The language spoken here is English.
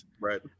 right